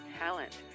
talent